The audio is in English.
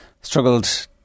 struggled